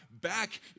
back